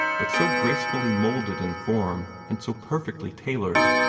but so gracefully moulded in form, and so perfectly tailored,